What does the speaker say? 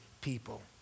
people